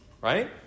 Right